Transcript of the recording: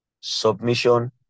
submission